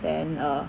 then uh